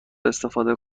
استفاده